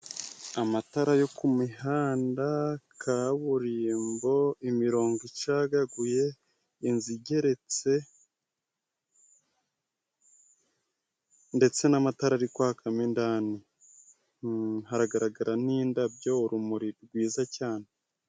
Amatara yo ku mihanda, kaburimbo, imirongo icagaguye, inzu igeretse ndetse n'amatara ari kwakamo indani. Hagaragara n'indabyo, urumuri rwiza cyane.